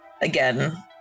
again